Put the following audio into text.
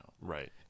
right